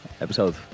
Episode